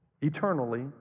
eternally